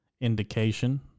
indication